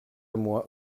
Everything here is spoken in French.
moi